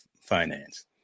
finance